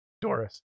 Doris